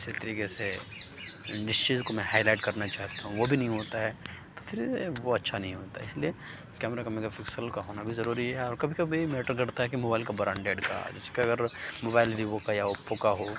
اسی طریقے سے جس چیز کو میں ہائی لائٹ کرنا چاہتا ہوں وہ بھی نہیں ہوتا ہے تو پھر وہ اچھا نہیں ہوتا اس لیے کیمرہ کا میگا پسکل کا ہونا بھی ضروری ہے اور کبھی کبھی میٹر کرتا ہے کہ موبائل کا برانڈیڈ کا جس کا اگر موبائل ویوو کا یا اوپو کا ہو